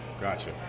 gotcha